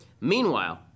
Meanwhile